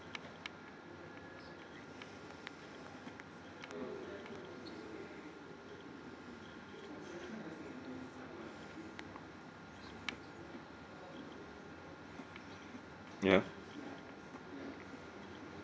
ya